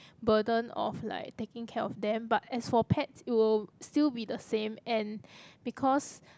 burden of like taking care of them but as for pets it will still be the same and because